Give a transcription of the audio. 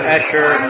Escher